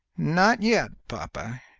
not yet, papa,